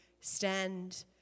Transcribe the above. stand